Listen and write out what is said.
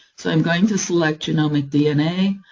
so i'm going to select genomic dna.